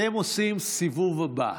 לא, אבל, אתם עושים, בסיבוב הבא.